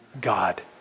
God